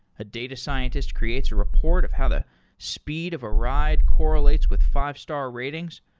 a data scientist creates a report of how the speed of a ride correlates with five star ratings.